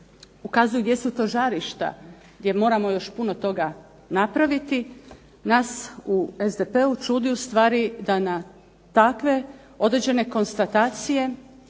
ukazuje gdje su to žarišta gdje moramo još puno toga napraviti, nas u SDP-u čudi ustvari da na tako određene konstatacije